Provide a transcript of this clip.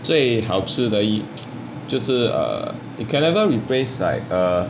最好吃的 i~ 就是 err you can never replace like err